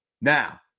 Now